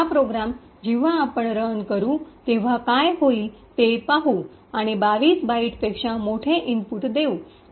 हा प्रोग्रॅम जेव्हा आपण रन करू तेव्हा काय होईल ते पाहू आणि 22 बाइटपेक्षा मोठे मोठे इनपुट देऊ